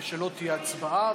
שלא תהיה הצבעה.